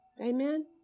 Amen